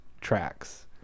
tracks